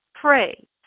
pray